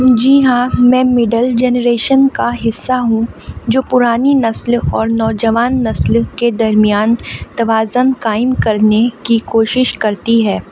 جی ہاں میں middle generation کا حصہ ہوں جو پرانی نسل اور نوجوان نسل کے درمیان توازن قائم کرنے کی کوشش کرتی ہے